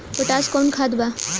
Potash कोउन खाद बा?